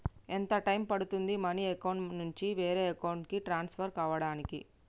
ఎంత టైం పడుతుంది money account నుంచి వేరే అకౌంట్ కి ట్రాన్స్ఫర్ కావటానికి?